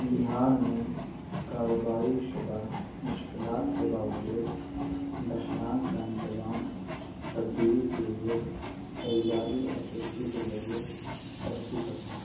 بہار میں کاروباری شعبہ مشکلات کے باوجود بحران کا انتظام تبدیلی کے لیے تیاری اور چستی کے ذریعے ترقی کرتا ہے